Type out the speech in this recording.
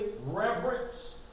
reverence